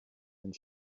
and